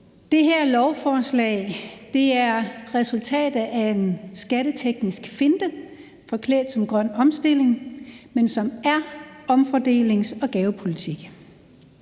Det her lovforslag er resultatet af en skatteteknisk finte forklædt som grøn omstilling, men som er omfordeling og gavepolitik.